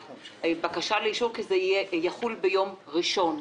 הבקשה לאישור כי זה יחול ביום ראשון,